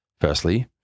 firstly